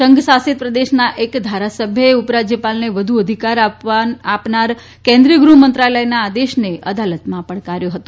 સંઘશાસિત પ્રદેશના એક ધારાસભ્યે ઉપ રાજ્યપાલને વધુ અધિકાર આપનાર કેન્દ્રીય ગૃહ મંત્રાલયના આદેશને અદાલતમાં પડકાર્યો હતો